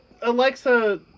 Alexa